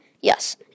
Yes